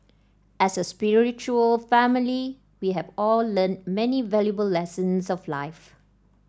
as a spiritual family we have all learned many valuable lessons of life